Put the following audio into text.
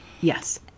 Yes